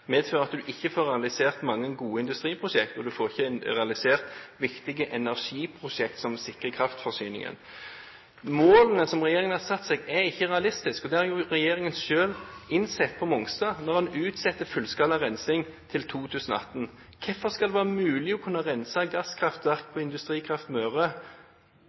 medfører at en ikke får realisert mange gode industriprosjekt, og en får ikke realisert viktige energiprosjekt som sikrer kraftforsyningen. Målene som regjeringen har satt seg, er ikke realistiske. Det har regjeringen selv innsett når en utsetter fullskala rensing på Mongstad til 2018. Hvordan skal det være mulig å kunne rense gasskraftverk til Industrikraft Møre